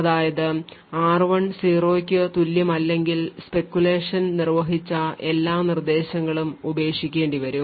അതായത് r1 0 ക്കു തുല്യമാണെങ്കിൽ speculation നിർവ്വഹിച്ച എല്ലാ നിർദ്ദേശങ്ങളും ഉപേക്ഷിക്കേണ്ടിവരും